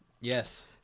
Yes